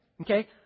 Okay